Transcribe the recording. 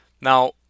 Now